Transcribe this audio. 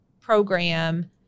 program